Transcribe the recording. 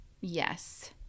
Yes